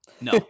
No